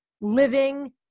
living